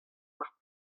mar